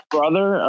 brother